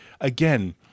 Again